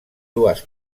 dues